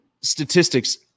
statistics